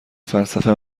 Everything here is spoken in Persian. فلسفه